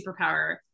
superpower